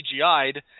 CGI'd